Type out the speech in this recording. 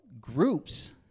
groups